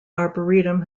arboretum